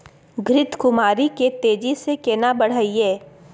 घृत कुमारी के तेजी से केना बढईये?